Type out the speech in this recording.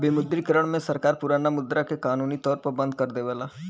विमुद्रीकरण में सरकार पुराना मुद्रा के कानूनी तौर पर बंद कर देवला